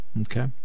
okay